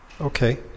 Okay